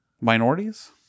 minorities